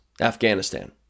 afghanistan